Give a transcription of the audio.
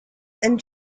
and